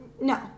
No